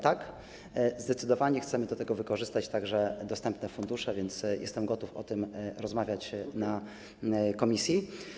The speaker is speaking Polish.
Tak, zdecydowanie chcemy do tego wykorzystać także dostępne fundusze, więc jestem gotów o tym rozmawiać na posiedzeniu komisji.